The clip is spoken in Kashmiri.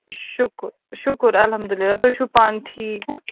شُکُر شُکُر الحمدُاللہ تُہۍ چھُو پانہٕ ٹھیٖک